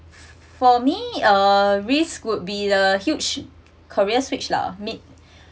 for me uh risk would be the huge career switch lah mid